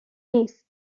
نیست